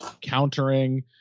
countering